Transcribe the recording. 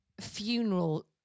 funeral